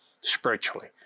spiritually